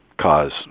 cause